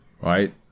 right